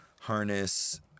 harness